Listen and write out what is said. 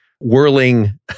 whirling